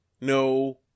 No